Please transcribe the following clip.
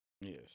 Yes